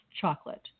chocolate